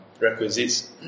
requisites